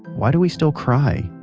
why do we still cry?